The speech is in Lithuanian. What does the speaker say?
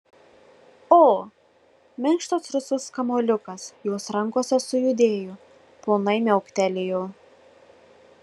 o minkštas rusvas kamuoliukas jos rankose sujudėjo plonai miauktelėjo